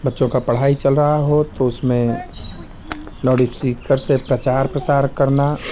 बच्चों की पढ़ाई चल रही हो तो उसमें लाउडस्पीकर से प्रचार प्रसार करना